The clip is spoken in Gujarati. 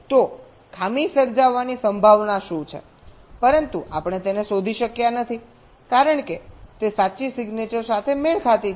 તો ખામી સર્જાવાની સંભાવના શું છે પરંતુ આપણે તેને શોધી શક્યા નથી કારણ કે તે સાચી સિગ્નેચર સાથે મેળ ખાતી છે